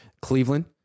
Cleveland